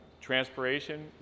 transpiration